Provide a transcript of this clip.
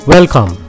Welcome